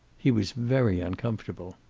he was very uncomfortable.